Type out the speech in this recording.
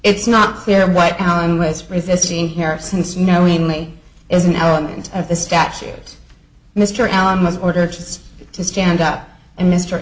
it's not clear what allen was resisting here since you knowingly is an element of the statute mr allen was ordered to stand up and mr